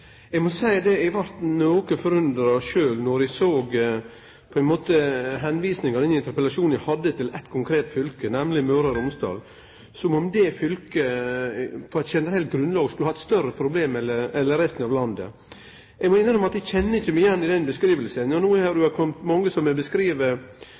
Eg må seie at eg blei noko forundra då eg såg at denne interpellasjonen viste til eitt konkret fylke, nemleg Møre og Romsdal, som om det fylket på eit generelt grunnlag skulle ha eit større problem enn resten av landet. Eg må innrømme at eg kjenner meg ikkje igjen i den beskrivinga. No har